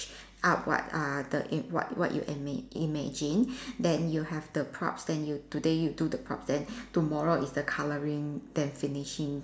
up what are the in what what you admi~ imagine then you have the props then you today you do the props then tomorrow is the colouring then finishing